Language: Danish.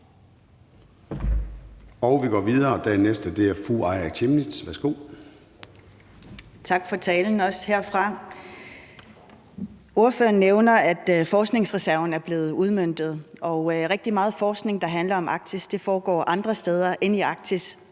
Chemnitz. Værsgo. Kl. 13:17 Aaja Chemnitz (IA): Tak for talen også herfra. Ordføreren nævner, at forskningsreserven er blevet udmøntet. Rigtig meget af den forskning, der handler om Arktis, foregår andre steder end i Arktis,